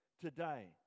today